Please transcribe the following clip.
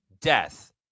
death